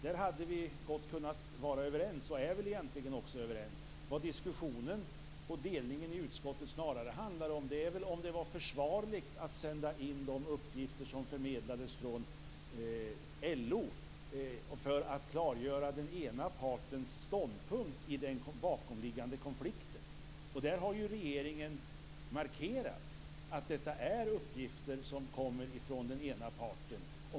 Där hade vi gott kunnat vara överens - och vi är väl egentligen också överens. Vad diskussionen och oenigheten i utskottet snarare handlar om är om det var försvarligt att sända in de uppgifter som förmedlades från LO för att klargöra den ena partens ståndpunkt i den bakomliggande konflikten. Där har regeringen markerat att detta är uppgifter som kommer från den ena parten.